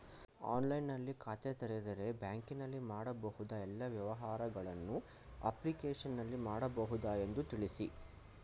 ಆನ್ಲೈನ್ನಲ್ಲಿ ಖಾತೆ ತೆರೆದರೆ ಬ್ಯಾಂಕಿನಲ್ಲಿ ಮಾಡಬಹುದಾ ಎಲ್ಲ ವ್ಯವಹಾರಗಳನ್ನು ಅಪ್ಲಿಕೇಶನ್ನಲ್ಲಿ ಮಾಡಬಹುದಾ ಎಂದು ತಿಳಿಸಿ?